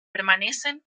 permanecen